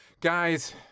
guys